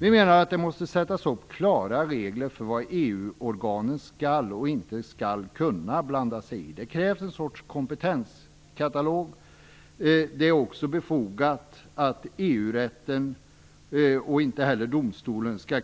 Vi menar att det måste sättas upp klara regler för vad EU-organen skall och inte skall kunna blanda sig i. Det krävs en sorts kompetenskatalog. Det är inte heller befogat att EU-rätten, och inte heller domstolen, skall